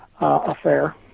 affair